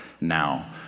now